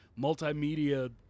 multimedia